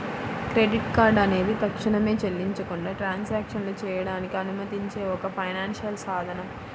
credit card అనేది తక్షణమే చెల్లించకుండా ట్రాన్సాక్షన్లు చేయడానికి అనుమతించే ఒక ఫైనాన్షియల్ సాధనం